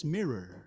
Mirror